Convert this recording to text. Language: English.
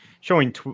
showing